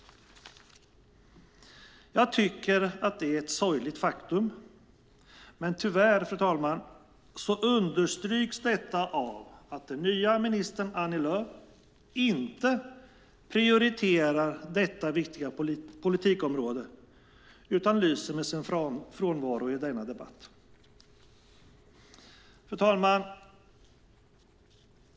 Jag tycker att det är ett sorgligt faktum. Men tyvärr, fru talman, understryks detta av att den nya ministern, Annie Lööf, inte prioriterar detta viktiga politikområde utan lyser med sin frånvaro i denna debatt. Fru talman!